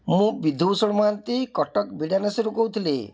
ମୁଁ ବିଧୁଭୂଷଣ ମହାନ୍ତି କଟକ ବିଡ଼ାନାସିରୁ କହୁଥିଲି